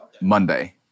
Monday